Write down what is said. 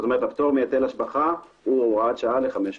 כלומר הפטור מהיטל השבחה הוא הוראת שעה לחמש שנים.